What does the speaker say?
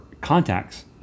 contacts